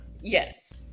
Yes